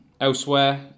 Elsewhere